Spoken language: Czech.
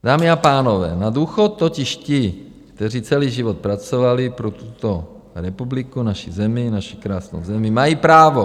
Dámy a pánové, na důchod totiž ti, kteří celý život pracovali pro tuto republiku, naši zemi, naši krásnou zemi, mají právo.